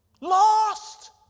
Lost